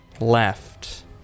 left